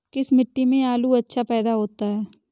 किस मिट्टी में आलू अच्छा पैदा होता है?